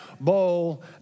bowl